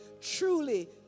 truly